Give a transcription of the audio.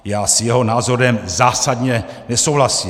Já s jeho názorem zásadně nesouhlasím.